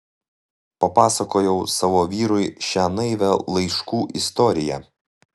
papasakojau savo vyrui šią naivią laiškų istoriją